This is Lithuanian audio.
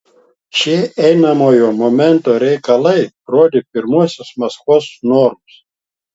šie einamojo momento reikalai rodė pirmuosius maskvos norus